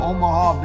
Omaha